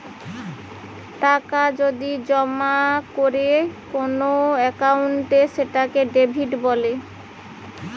টাকা যদি জমা করে কোন একাউন্টে সেটাকে ডেবিট বলে